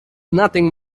nothing